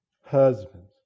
husbands